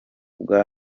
bwa